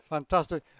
Fantastic